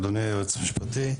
אדוני היועץ המשפטי,